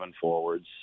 forwards